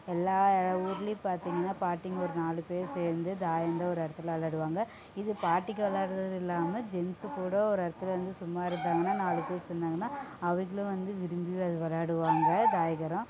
எல்லா ஊர்லேயும் பார்த்திங்கன்னா பாட்டிங்க ஒரு நாலு பேர் சேர்ந்து தாயம் தான் ஒரு இடத்துல விளையாடுவாங்க இது பாட்டிங்க விளையாடுகிறது இல்லாமல் ஜென்ட்ஸ் கூட ஒரு இடத்துல இருந்து சும்மா இருந்தாங்கன்னா நாலு பேர் சேர்ந்தாங்கன்னா அவங்களும் வந்து விரும்பி அது விளையாடுவாங்க தாயகரம்